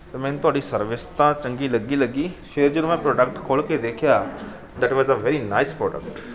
ਅਤੇ ਮੈਨੂੰ ਤੁਹਾਡੀ ਸਰਵਿਸ ਤਾਂ ਚੰਗੀ ਲੱਗੀ ਲੱਗੀ ਫਿਰ ਜਦੋਂ ਮੈਂ ਪ੍ਰੋਡਕਟ ਖੋਲ੍ਹ ਕੇ ਦੇਖਿਆ that was the very nice product